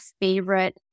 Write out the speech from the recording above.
favorite